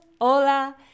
hola